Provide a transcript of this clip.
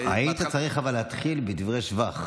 אבל היית צריך להתחיל בדברי שבח.